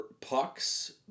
pucks